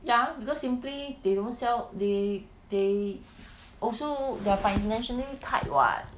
ya because simply they don't sell they they also they're financially tight [what]